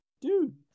dude